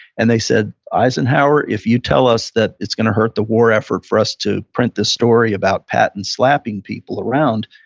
and they said, eisenhower, if you tell us that it's going to hurt the war effort for us to print this story about patton slapping people around,